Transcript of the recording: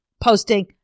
posting